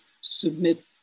submit